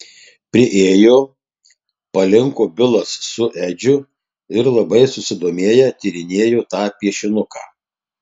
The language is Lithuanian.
priėjo palinko bilas su edžiu ir labai susidomėję tyrinėjo tą piešinuką